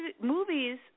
movies